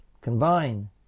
combine